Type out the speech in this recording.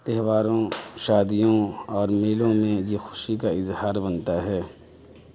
تہواروں شادیوں اور میلوں میں یہ خوشی کا اظہار بنتا ہے